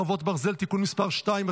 חרבות ברזל) (תיקון מס' 2),